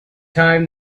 time